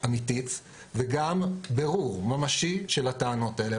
אמיתית וגם בירור ממשי של הטענות האלה,